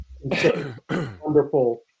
wonderful